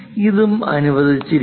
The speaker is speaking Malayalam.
ഇതും അനുവദിച്ചിരിക്കുന്നു